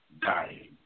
dying